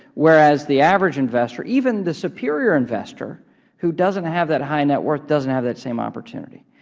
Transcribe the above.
whereas the average investor, even the superior investor who doesn't have that high net worth doesn't have that same opportunity.